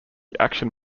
action